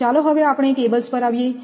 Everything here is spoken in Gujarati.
તો ચાલો હવે આપણે કેબલ્સ પર આવીએ